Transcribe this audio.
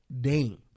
Dame